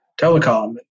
telecom